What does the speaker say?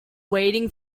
waiting